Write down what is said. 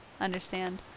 understand